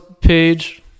page